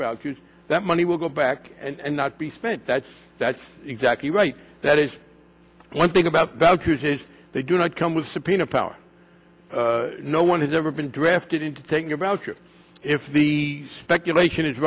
value that money will go back and not be spent that's that's exactly right there is one thing about values is they do not come with subpoena power no one has ever been drafted into taking about you if the speculation is